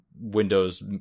windows